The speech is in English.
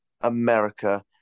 america